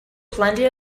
plenty